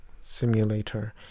simulator